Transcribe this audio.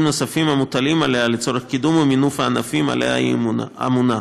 נוספים המוטלים עליה לצורך קידום ומינוף הענפים שעליהם היא אמונה.